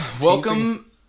Welcome